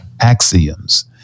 axioms